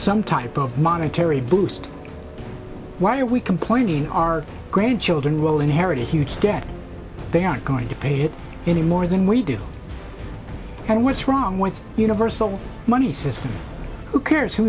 some type of monetary boost why are we complaining our grandchildren will inherit huge debt they aren't going to pay it any more than we do and what's wrong with universal money system who cares who